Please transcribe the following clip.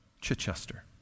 Chichester